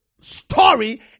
story